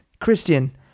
Christian